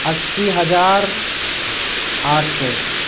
اسی ہزار آٹھ سو